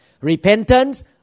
repentance